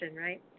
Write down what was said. right